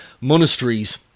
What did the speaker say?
monasteries